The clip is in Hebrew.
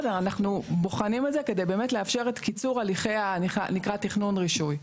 אנחנו בוחנים את זה כדי לאפשר את קיצור הליכי התכנון רישוי.